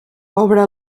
obre